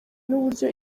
n’uburyo